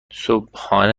صبحانه